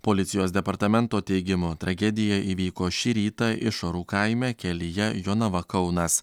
policijos departamento teigimu tragedija įvyko šį rytą išorų kaime kelyje jonava kaunas